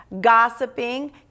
gossiping